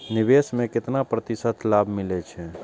निवेश में केतना प्रतिशत लाभ मिले छै?